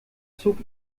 zog